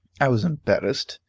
i was embarrassed,